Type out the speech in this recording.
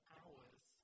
hours